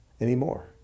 anymore